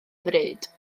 bryd